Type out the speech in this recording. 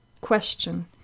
Question